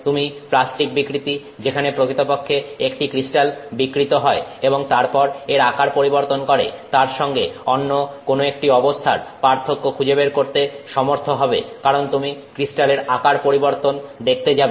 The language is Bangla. তুমি প্লাস্টিক বিকৃতি যেখানে প্রকৃতপক্ষে একটি ক্রিস্টাল বিকৃত হয় এবং তারপর এর আকার পরিবর্তন করে তার সঙ্গে অন্য কোন একটি অবস্থার পার্থক্য খুঁজে বের করতে সমর্থ হবে কারণ তুমি ক্রিস্টালের আকার পরিবর্তন দেখতে যাবে